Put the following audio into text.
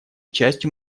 частью